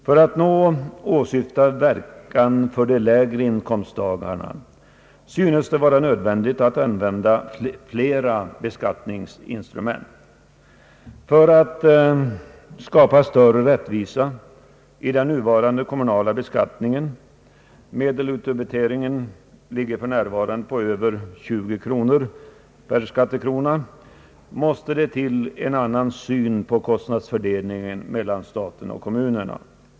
För att nå åsyftad verkan för de lägre inkomsttagarna synes det vara nödvändigt att använda flera beskattningsinstrument. För att skapa större rättvisa i den nuvarande kommunala beskattningen — medelutdebiteringen ligger för närvarande på över 20 kronor per skattekrona — måste det till en annan syn på kostnadsfördelningen mellan staten och kommunerna.